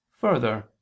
Further